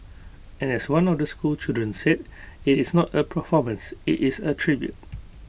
and as one of the schoolchildren said IT is not A performance IT is A tribute